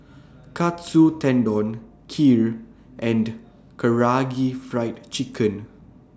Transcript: Katsu Tendon Kheer and Karaage Fried Chicken